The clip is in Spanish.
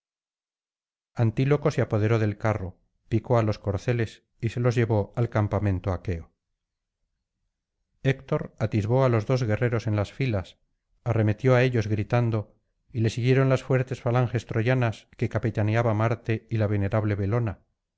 antíloco se apoderó del carro picó á los corceles y se los llevó al campamento aqueo héctor atisbo á los dos guerreros en las filas arremetió á ellos gritando y le siguieron las fuertes falanges troyanas que capitaneaban marte y la venerable belona